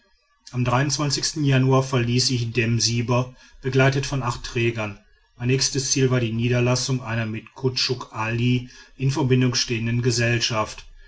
am januar verließ ich dem siber begleitet von acht trägern mein nächstes ziel war die niederlassung einer mit kutschuk ali in verbindung stehenden gesellschaft